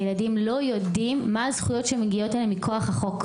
הילדים לא יודעים מה הזכויות שמגיעות להם מכוח החוק.